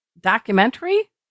documentary